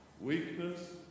Weakness